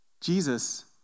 Jesus